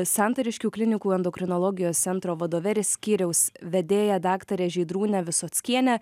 santariškių klinikų endokrinologijos centro vadove ir skyriaus vedėja daktare žydrūne visockiene